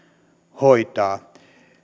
hoitaa